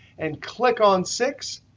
and click on six,